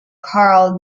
karl